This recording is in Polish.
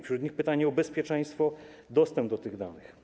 Wśród nich pytanie o bezpieczeństwo, dostęp do tych danych.